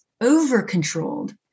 over-controlled